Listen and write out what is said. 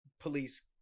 police